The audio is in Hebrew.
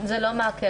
זה לא מעכב.